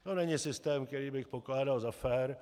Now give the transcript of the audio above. To není systém, který bych pokládal za fér.